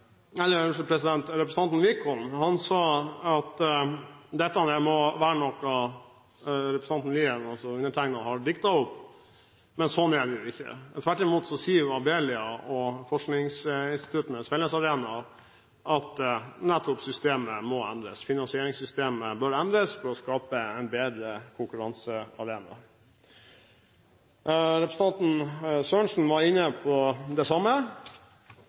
Wickholm sa at dette må være noe som representanten Lien – altså undertegnede – har diktet opp, men sånn er det jo ikke. Tvert imot sier Abelia og Forskningsinstituttenes fellesarena at nettopp systemet må endres. Finansieringssystemet bør endres for å skape en bedre konkurransearena. Representanten Sørensen var inne på det